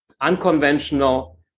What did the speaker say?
unconventional